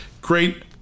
Great